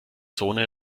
zone